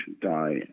die